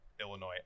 Illinois